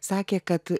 sakė kad